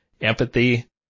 empathy